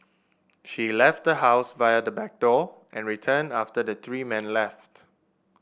she left the house via the back door and returned after the three men left